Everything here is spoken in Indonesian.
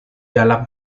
dalam